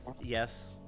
yes